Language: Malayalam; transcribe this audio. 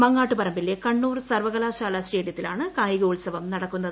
മങ്ങാട്ടുപറമ്പിലെ കണ്ണൂർ സർവ്വകലാശാല സ്റ്റേഡിയത്തിലാണ് കായികോത്സവം നടക്കുന്നത്